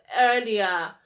earlier